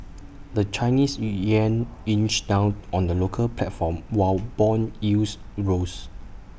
the Chinese Yuan inched down on the local platform while Bond yields rose